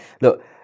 look